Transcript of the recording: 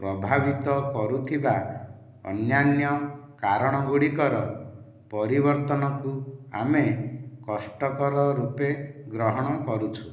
ପ୍ରଭାବିତ କରୁଥିବା ଅନ୍ୟାନ୍ୟ କାରଣ ଗୁଡ଼ିକର ପରିବର୍ତ୍ତନ ଆମେ କଷ୍ଟକର ରୂପେ ଗ୍ରହଣ କରୁଛୁ